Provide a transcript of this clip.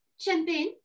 Champagne